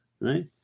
right